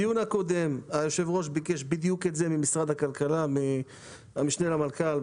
בדיון הקודם היושב-ראש ביקש בדיוק את זה ממשרד הכלכלה מהמשנה למנכ"ל.